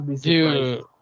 Dude